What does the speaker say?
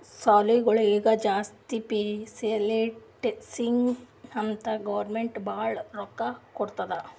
ಸಾಲಿಗೊಳಿಗ್ ಜಾಸ್ತಿ ಫೆಸಿಲಿಟಿ ಸಿಗ್ಲಿ ಅಂತ್ ಗೌರ್ಮೆಂಟ್ ಭಾಳ ರೊಕ್ಕಾ ಕೊಡ್ತುದ್